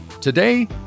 Today